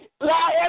lie